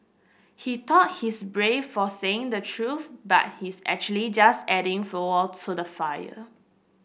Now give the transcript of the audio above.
he thought he's brave for saying the truth but he's actually just adding fuel to the fire